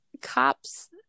cops